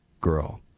girl